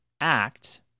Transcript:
act